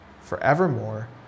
forevermore